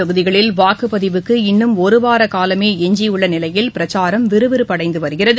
தொகுதிகளில் வாக்குப்பதிவுக்கு இன்னும் ஒருவார காலமே எஞ்சியுள்ள நிலையில் பிரச்சாரம் விறுவிறுப்படைந்து வருகிறது